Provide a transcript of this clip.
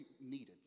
needed